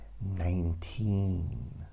Nineteen